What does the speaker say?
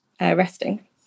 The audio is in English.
resting